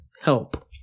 help